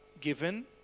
given